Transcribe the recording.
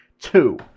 Two